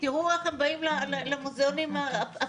תראו איך הם באים למוזיאונים הפתוחים,